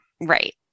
Right